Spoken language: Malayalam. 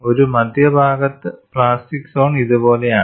ഒരു മധ്യഭാഗത്ത് പ്ലാസ്റ്റിക് സോൺ ഇതുപോലെയാണ്